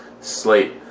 slate